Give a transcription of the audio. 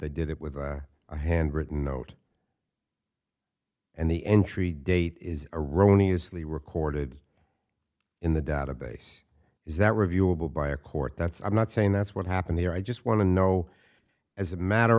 they did it with a handwritten note and the entry date is erroneous li recorded in the database is that reviewable by a court that's i'm not saying that's what happened here i just want to know as a matter